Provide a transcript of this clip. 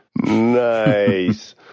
Nice